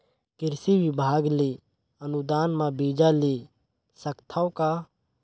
कृषि विभाग ले अनुदान म बीजा ले सकथव का?